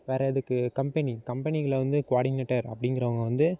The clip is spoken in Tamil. வேற எதுக்கு கம்பெனி கம்பெனிகளை வந்து குவாடினேட்டர் அப்டிங்கறவங்க வந்து